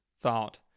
thought